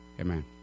Amen